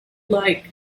like